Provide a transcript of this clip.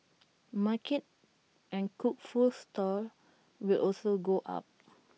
market and cooked food stalls will also go up